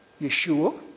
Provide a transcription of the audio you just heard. Yeshua